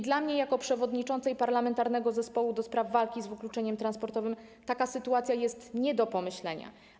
Dla mnie jako przewodniczącej Parlamentarnego Zespołu ds. Walki z Wykluczeniem Transportowym taka sytuacja jest nie do pomyślenia.